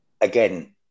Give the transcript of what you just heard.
again